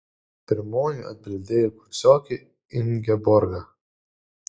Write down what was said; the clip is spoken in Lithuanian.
pirmoji atbildėjo kursiokė ingeborga